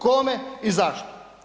Kome i zašto?